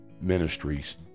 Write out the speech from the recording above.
ministries